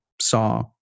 saw